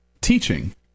teaching